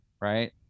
Right